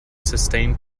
sustained